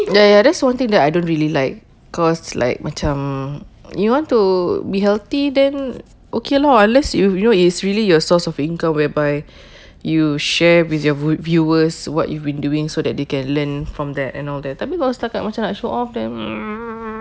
ya ya that's one thing that I don't really like cause like macam you want to be healthy then okay lor unless you you know it's really your source of income whereby you share with your v~ viewers what you've been doing so that they can learn from there and all that tapi setakat macam nak like show off then ugh